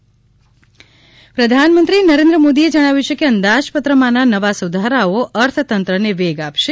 PM અંદાજપત્ર પ્રધાનમંત્રી નરેન્દ્ર મોદીએ જણાવ્યુ છે કે અંદાજપત્રમાંના નવા સુધારાઓ અર્થતંત્રને વેગ આપશે